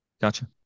Gotcha